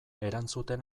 erantzuten